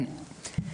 כן.